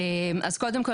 אז קודם כל,